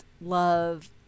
love